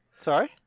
Sorry